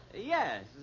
Yes